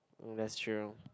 that's true